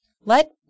Let